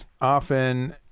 often